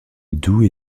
doux